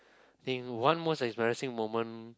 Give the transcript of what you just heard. I think one most embarrassing moment